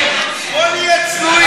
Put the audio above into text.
בוא נהיה צנועים.